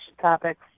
topics